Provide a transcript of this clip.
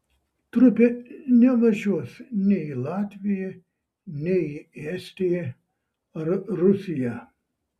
trupė nevažiuos nei į latviją nei į estiją ar rusiją